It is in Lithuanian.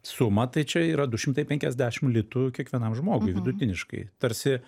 sumą tai čia yra du šimtai penkiasdešim litų kiekvienam žmogui vidutiniškai tarsi